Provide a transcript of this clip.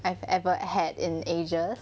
I've ever had in asia